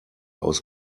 aus